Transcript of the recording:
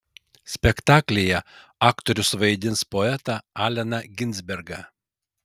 spektaklyje aktorius vaidins poetą alleną ginsbergą